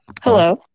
hello